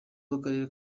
w’akarere